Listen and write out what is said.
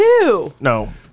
No